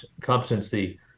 competency